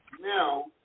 Now